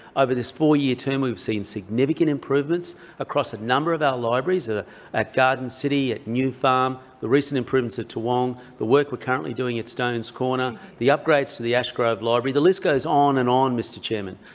over this four-year term, we've seen significant improvements across a number of our libraries, ah at garden city, at new farm, the recent improvements at toowong, the work we're currently doing at stones corner, the upgrades to the ashgrove library the list goes on and on, mr chairman.